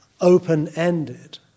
open-ended